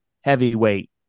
heavyweight